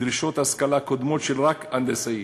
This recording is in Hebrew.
בדרישות השכלה קודמות שהן רק של מהנדס,